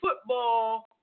football